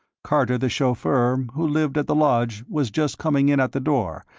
carter the chauffeur, who lived at the lodge, was just coming in at the door,